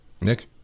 Nick